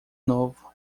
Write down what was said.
novo